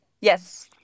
Yes